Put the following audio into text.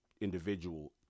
individual